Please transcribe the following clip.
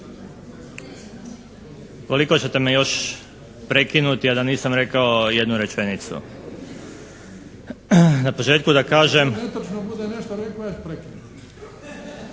Koliko ćete me još prekinuti, a da nisam rekao jednu rečenicu. Na početku da kažem.